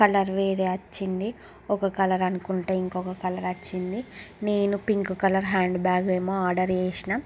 colour వేరే వచ్చింది ఒక కలర్ అనుకుంటే ఇంకో కలర్ వచ్చింది నేను పింక్ కలర్ హ్యాండ్బ్యాగ్ ఏమో ఆర్డర్ చేసాన